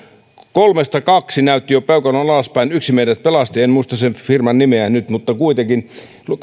kaksi näytti jo peukalon alaspäin yksi meidät pelasti en muista sen firman nimeä nyt mutta kuitenkin